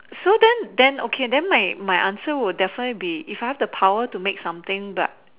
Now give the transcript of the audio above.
so then then okay then my my answer would definitely be if I have the power to make something but